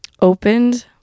opened